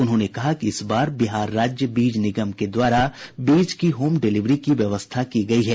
उन्होंने कहा कि इस बार बिहार राज्य बीज निगम के द्वारा बीज की होम डिलीवरी की व्यवस्था की गयी है